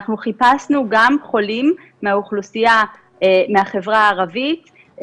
אנחנו חיפשנו גם חולים מהחברה הערבית,